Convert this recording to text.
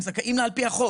הם זכאים לה על פי חוק.